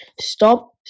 stop